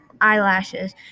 eyelashes